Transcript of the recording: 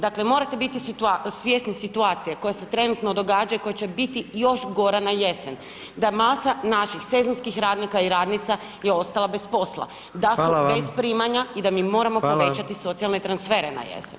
Dakle, morate biti svjesni situacije koja se trenutno događaju i koja će biti još gora na jesen, da masa naših sezonskih radnika i radnica je ostalo bez posla, da su bez primanja i da mi moramo povećati socijalne transfere na jesen.